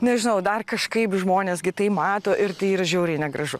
nežinau dar kažkaip žmonės gi tai mato ir tai yra žiauriai negražu